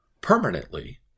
permanently